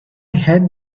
had